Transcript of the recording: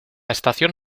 estación